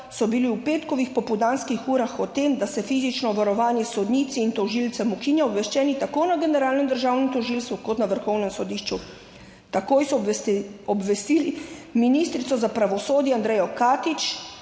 so bili v petkovih popoldanskih urah o tem, da se fizično varovanje sodnici in tožilcem ukinja, obveščeni tako na Generalnem državnem tožilstvu kot na Vrhovnem sodišču. Takoj so obvestili ministrico za pravosodje Andrejo Katič,